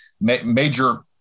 major